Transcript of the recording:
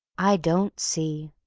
i don't see,